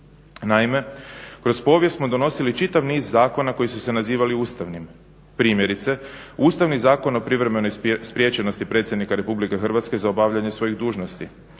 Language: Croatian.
Naime, kroz povijest smo donosili čitav niz zakona koji su se nazivali ustavnim. Primjerice, Ustavni zakon o privremenoj spriječenosti predsjednika Republike Hrvatske za obavljanje svojih dužnosti,